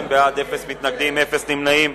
20 בעד, אפס מתנגדים, אפס נמנעים.